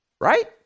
right